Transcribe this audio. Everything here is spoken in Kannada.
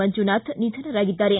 ಮಂಜುನಾಥ ನಿಧನರಾಗಿದ್ದಾರೆ